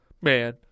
Man